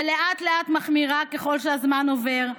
ולאט-לאט מחמירה ככל שהזמן עובר,